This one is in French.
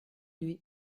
lui